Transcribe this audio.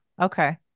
Okay